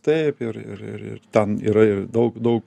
taip ir ir ir ten yra ir daug daug